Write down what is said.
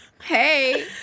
Hey